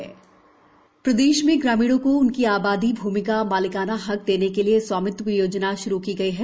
आबादी भूमि प्रदेश में ग्रामीणों को उनकी आबादी भूमि का मालिकाना हक देने के लिये स्वामित्व योजना श्रू की गई है